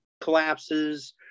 collapses